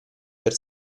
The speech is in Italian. per